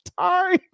time